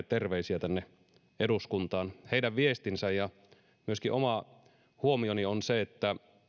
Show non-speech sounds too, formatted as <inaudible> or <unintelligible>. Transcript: <unintelligible> terveisiä tänne eduskuntaan heidän viestinsä ja myöskin oma huomioni on se että